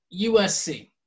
USC